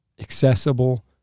accessible